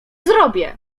zrobię